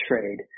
trade